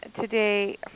today